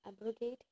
abrogate